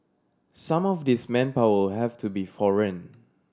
some of this manpower have to be foreign